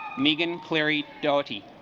megan cleary daugherty